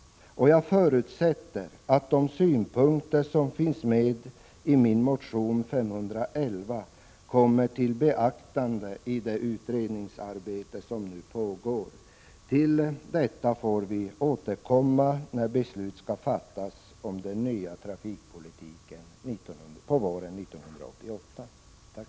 Jag förutsätter att de synpunkter som finns med i min motion T511 kommer till beaktande i det utredningsarbete som nu pågår. Till detta får vi återkomma, när beslut våren 1988 skall fattas om den nya trafikpolitiken.